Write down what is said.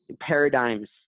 paradigms